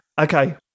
Okay